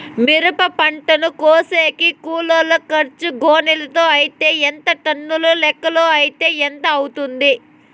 మిరప పంటను కోసేకి కూలోల్ల ఖర్చు గోనెలతో అయితే ఎంత టన్నుల లెక్కలో అయితే ఎంత అవుతుంది?